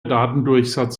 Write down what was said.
datendurchsatz